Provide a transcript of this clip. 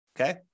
okay